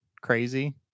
crazy